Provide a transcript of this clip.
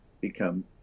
become